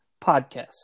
podcast